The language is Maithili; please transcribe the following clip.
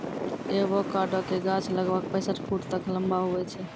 एवोकाडो के गाछ लगभग पैंसठ फुट तक लंबा हुवै छै